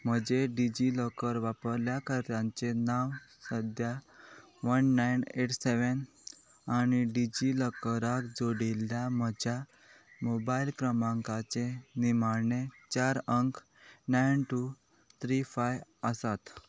म्हजें DigiLocker वापरल्या कर्तांचें नांव सद्या वन नायन एट सॅवेन आनी डिजी लॉकराक जोडिल्ल्या म्हज्या मोबायल क्रमांकाचें निमाणे चार अंक नायन टू थ्री फायव आसात